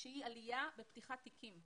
שהיא עלייה בפתיחת תיקים.